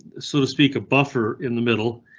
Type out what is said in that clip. sort of speaker, buffer in the middle,